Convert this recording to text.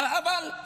עבר,